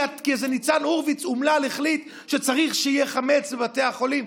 כי איזה ניצן הורוביץ אומלל החליט שצריך שיהיה חמץ בבתי החולים.